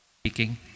speaking